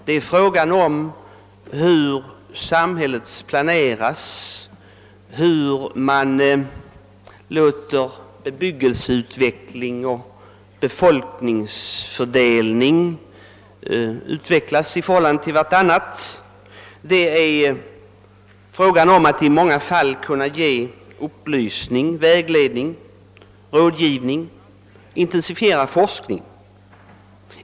Det är fråga om hur samhället planeras, förhållandet mellan bebyggelseutveckling och befolkningsfördelning, det är i många fall fråga om att kunna ge upplysning och vägledning, att lämna råd och att intensifiera forskning.